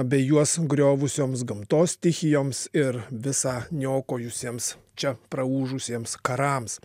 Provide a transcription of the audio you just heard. bei juos griovusioms gamtos stichijoms ir visą niokojusiems čia praūžusiems karams